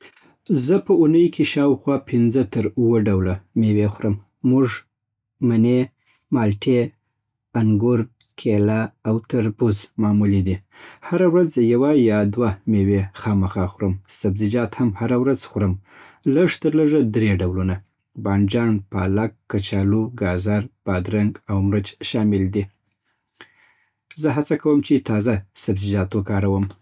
زه په اونۍ کې شاوخوا پنځه تر اووه ډوله مېوې خورم. موږ، مڼې، مالټې، انګور، کیله او تربوز معمولي دي. هره ورځ یوه یا دوه مېوې خامخا خورم. سبزیجات هم هره ورځ خورم، لږ تر لږه درې ډولونه. بانجان، پالک، کچالو، ګازر، بادرنګ او مرچ شامل دي. زه هڅه کوم چې تازه سبزيجات وکاروم